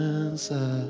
answer